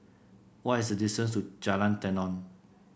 what is the distance to Jalan Tenon